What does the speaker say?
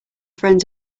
friends